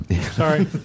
Sorry